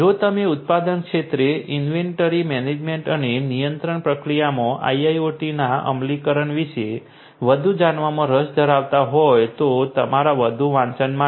જો તમે ઉત્પાદન ક્ષેત્રે ઇન્વેન્ટરી મેનેજમેન્ટ અને નિયંત્રણ પ્રક્રિયામાં IIoT ના અમલીકરણ વિશે વધુ જાણવામાં રસ ધરાવતા હો તો તમારા વધુ વાંચન માટે